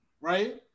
right